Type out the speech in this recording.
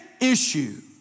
issue